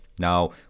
Now